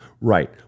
Right